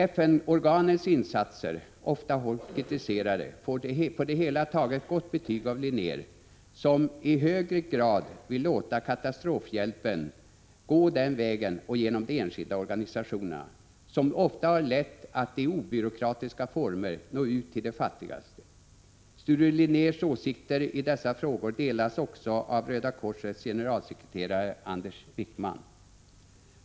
FN-organens insatser — ofta hårt kritiserade — får på det hela taget gott betyg av Linnér, som i högre grad vill låta katastrofhjälpen gå den vägen och genom de enskilda organisationerna, som ofta har lätt att i obyråkratiska former nå ut till de fattigaste. Sture Linnérs åsikter i dessa frågor delas också av Röda korsets generalsekreterare Anders Wijkman.